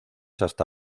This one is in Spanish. hasta